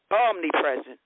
omnipresent